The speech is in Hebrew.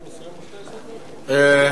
רבותי חברי הכנסת,